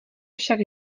však